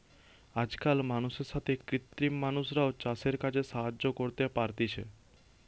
আজকাল মানুষের সাথে কৃত্রিম মানুষরাও চাষের কাজে সাহায্য করতে পারতিছে